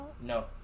No